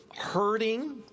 hurting